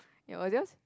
it was yours